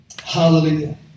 Hallelujah